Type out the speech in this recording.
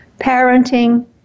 parenting